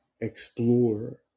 explore